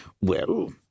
Well